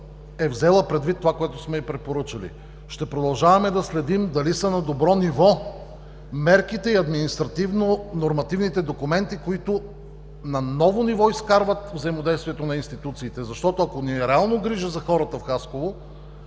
е взела предвид това, което сме й препоръчали. Ще продължаваме да следим дали са на добро ниво мерките и административно-нормативните документи, които на ново ниво изкарват взаимодействието на институциите, защото, ако реално ни е грижа за хората в Хасково,